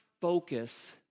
focus